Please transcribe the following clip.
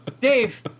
Dave